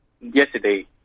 Yesterday